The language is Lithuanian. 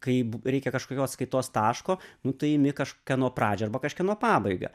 kaip reikia kažkokio atskaitos taško nu tai imi kažkieno pradžią arba kažkieno pabaigą